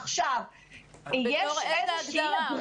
בתור איזה הגדרה?